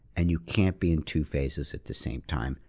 and you can't be in two phases at the same time,